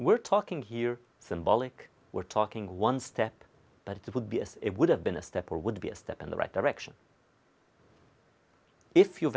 we're talking here symbolic we're talking one step but that would be it would have been a step or would be a step in the right direction if you